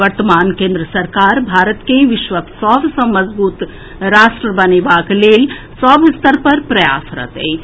वर्तमान केन्द्र सरकार भारत के विश्वक सभसॅ मजगूत राष्ट्र बनेबाक लेल सभ स्तर पर प्रयासरत अछि